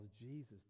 Jesus